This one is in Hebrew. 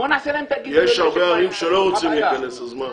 יש הרבה ערים שלא רוצים להיכנס, אז מה?